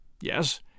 yes